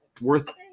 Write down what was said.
worth